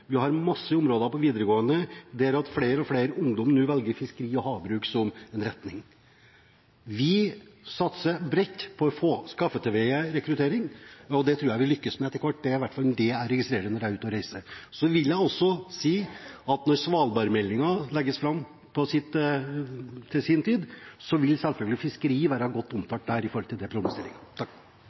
Vi har masse områder på videregående, der flere og flere ungdommer nå velger fiskeri og havbruk som retning. Vi satser bredt for å få til rekruttering, og det tror jeg vi lykkes med etter hvert. Det er i alle fall det jeg registrerer når jeg er ute og reiser. Så vil jeg også si at når svalbardmeldingen legges fram, vil selvfølgelig fiskeri være godt omtalt der. Representanten Torgeir Knag Fylkesnes har hatt ordet to ganger tidligere og får ordet til